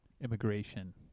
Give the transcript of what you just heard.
immigration